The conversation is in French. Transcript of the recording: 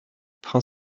prend